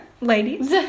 ladies